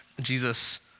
Jesus